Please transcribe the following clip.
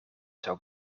zou